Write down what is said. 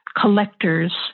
collectors